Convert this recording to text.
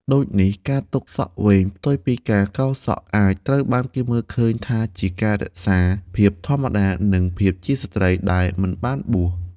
ដូចនេះ ការទុកសក់វែងផ្ទុយពីការកោរសក់អាចត្រូវបានគេមើលឃើញថាជាការរក្សា ភាពធម្មតា និងភាពជាស្ត្រី ដែលមិនបានបួស។